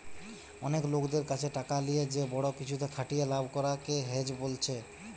অনেক লোকদের কাছে টাকা লিয়ে যে বড়ো কিছুতে খাটিয়ে লাভ করা কে হেজ বোলছে